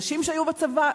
אנשים שהיו בצבא,